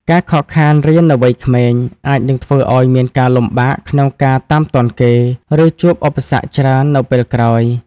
ការខកខានរៀននៅវ័យក្មេង អាចនឹងធ្វើឱ្យមានការលំបាកក្នុងការតាមទាន់គេ ឬជួបឧបសគ្គច្រើននៅពេលក្រោយ ។